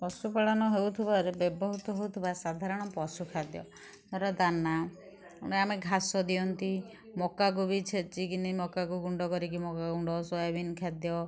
ପଶୁପାଳନ ହେଉଥିବାରେ ବ୍ୟବହୃତ ହେଉଥିବା ସାଧାରଣ ପଶୁ ଖାଦ୍ୟ ଧର ଦାନା ଆମେ ଘାସ ଦିଅନ୍ତି ମକାକୁ ବି ଛେଚିକିନି ମକାକୁ ଗୁଣ୍ଡ କରିକି ମକା ଗୁଣ୍ଡ ସୋୟାବିନ୍ ଖାଦ୍ୟ